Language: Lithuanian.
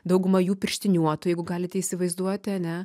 dauguma jų pirštiniuotų jeigu galite įsivaizduoti ane